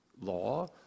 law